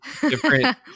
different